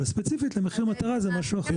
אבל ספציפית למחיר מטרה זה משהו אחר.